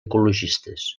ecologistes